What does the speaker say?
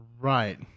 Right